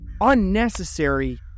unnecessary